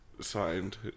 Signed